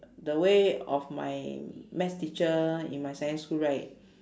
the way of my maths teacher in my secondary school right